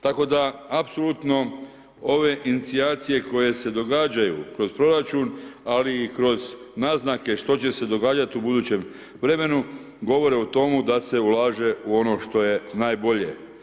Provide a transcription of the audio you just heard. Tako da apsolutno ove inicijacije koje se događaju kroz proračun ali i kroz naznake što će se događat u budućem vremenu govore o tomu da se ulaže u ono što je najbolje.